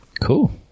Cool